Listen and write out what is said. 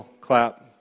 clap